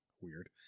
weird